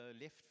left